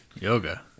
Yoga